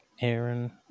Aaron